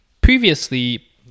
previously